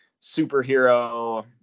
superhero